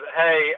hey